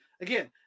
again